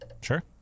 Sure